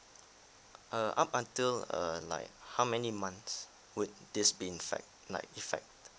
err up until err like how many months would this be infect like effect